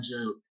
joke